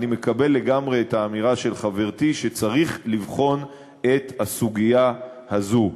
אני מקבל לגמרי את האמירה של חברתי שצריך לבחון את הסוגיה הזאת.